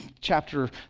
chapter